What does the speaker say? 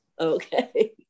Okay